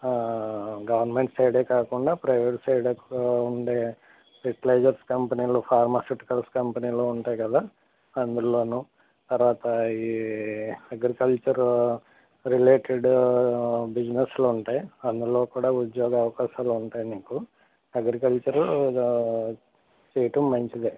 government సైడే కాకుండా private side ఉండే ఫెర్టిలైజర్స్ కంపెనీలు ఫార్మాసిటికల్స్ కంపెనీలు ఉంటాయి కదా అందులోనూ తరువాత ఈ అగ్రికల్చర్ రిలేటెడ్ బిసినెస్లు ఉంటాయి అందులో కూడా ఉద్యోగ అవకాశాలు ఉంటాయి నీకు అగ్రికల్చరు చేయటం మంచిదే